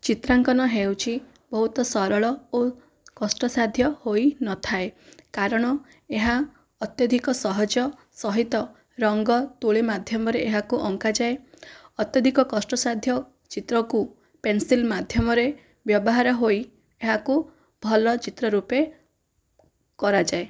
ଚିତ୍ରାଙ୍କନ ହେଉଛି ବହୁତ ସରଳ ଓ କଷ୍ଟ ସାଧ୍ୟ ହୋଇନଥାଏ କାରଣ ଏହା ଅତ୍ୟଧିକ ସହଜ ସହିତ ରଙ୍ଗ ତୁଳୀ ମାଧ୍ୟମରେ ଏହାକୁ ଅଙ୍କାଯାଏ ଅତ୍ୟଧିକ କଷ୍ଟ ସାଧ୍ୟ ଚିତ୍ରକୁ ପେନସିଲ ମାଧ୍ୟମରେ ବ୍ୟବହାର ହୋଇ ଏହାକୁ ଭଲ ଚିତ୍ର ରୂପେ କରାଯାଏ